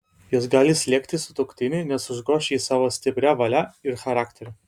jos gali slėgti sutuoktinį nes užgoš jį savo stipria valia ir charakteriu